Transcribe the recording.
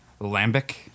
Lambic